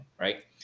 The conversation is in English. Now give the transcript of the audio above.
right